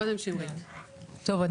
טוב,